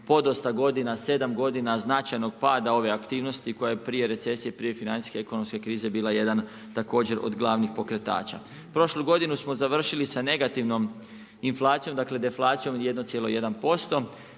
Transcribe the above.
podosta godina, 7 godina, značajnog pada ove aktivnosti koja je prije recesije, prije financijske ekonomske krize bila jedan također od glavnih pokretača. Prošlu godinu smo završili sa negativnom inflacijom, dakle, deflacijom od 1,1%.